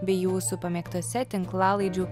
bei jūsų pamėgtose tinklalaidžių